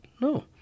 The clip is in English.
No